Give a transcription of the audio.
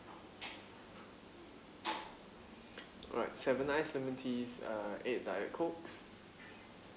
alright seven iced lemon teas uh eight diet cokes